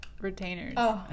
retainers